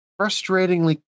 frustratingly